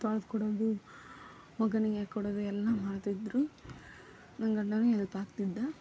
ತೊಳ್ದು ಕೊಡೋದು ಒಗ್ಗರ್ಣೆಗೆ ಹಾಕಿ ಕೊಡೋದು ಎಲ್ಲ ಮಾಡ್ತಿದ್ದರು ನನ್ನ ಗಂಡನು ಎಲ್ಪ್ ಆಗ್ತಿದ್ದ